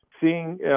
seeing